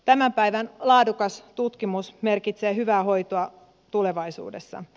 tämän päivän laadukas tutkimus merkitsee hyvää hoitoa tulevaisuudessa